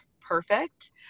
perfect